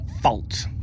fault